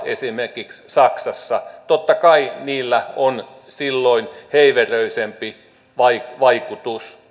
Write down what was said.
esimerkiksi saksassa totta kai niillä on silloin heiveröisempi vaikutus